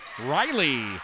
Riley